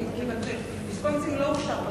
כי ויסקונסין לא אושר בכנסת.